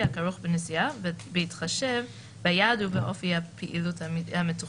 הכרוך בנסיעה בהתחשב ביעד ובאופי הפעילות המתוכנן."